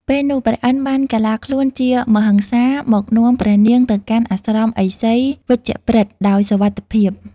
ពេលនោះព្រះឥន្ទ្របានកាឡាខ្លួនជាមហិង្សាមកនាំព្រះនាងទៅកាន់អាស្រមឥសី «វជ្ជប្រិត» ដោយសុវត្ថិភាព។